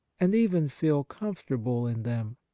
and even feel comfortable in them.